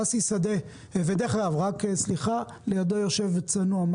ליד ששי שדה יושב איש צנוע,